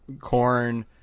corn